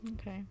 okay